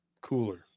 cooler